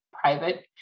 private